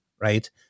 right